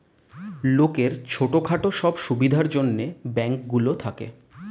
লোকের ছোট খাটো সব সুবিধার জন্যে ব্যাঙ্ক গুলো থাকে